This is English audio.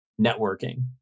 networking